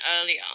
earlier